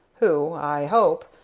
who, i hope,